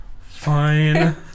Fine